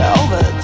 over